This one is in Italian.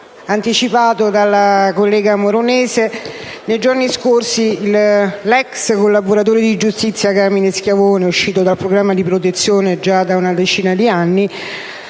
anticipato la collega Moronese, nei giorni scorsi l'ex collaboratore di giustizia Carmine Schiavone, uscito dal programma di protezione già da una decina di anni,